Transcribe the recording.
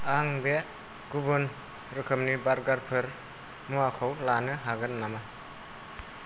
आं बे गुबुन रोखोमनि बारगारफोर मुवाखौ लानो हागोन नामा